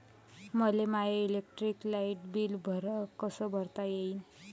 मले माय electric light bill कस भरता येईल?